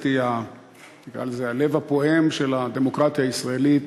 זה הלב הפועם של הדמוקרטיה הישראלית.